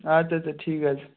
আচ্চা আচ্চা ঠিক আছে